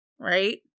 right